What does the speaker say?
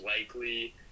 likely